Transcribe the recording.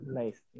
nice